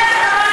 יש לך מה